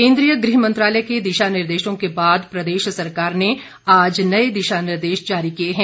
केंद्रीय गृह मंत्रालय के दिशा निर्देशों के बाद प्रदेश सरकार ने आज नए दिशा निर्देश जारी किए हैं